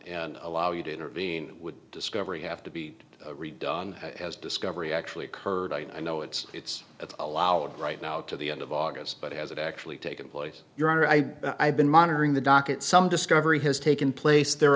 and allow you to intervene would discovery have to be redone as discovery actually occurred i know it's it's it's allowed right now to the end of august but has it actually taken place your honor i have been monitoring the docket some discovery has taken place there